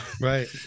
right